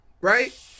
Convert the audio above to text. Right